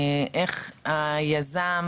איך היזם